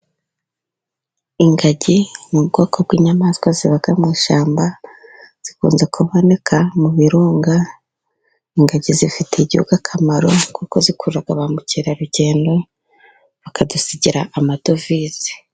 Ingagi ni ubwoko bw'inyamaswa ziba mu ishyamba, zikunze kuboneka mu birunga, ingagi zifitiye igihugu akamaro, kuko zikurura ba mukerarugendo, bakadusigira amadovize.